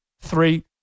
three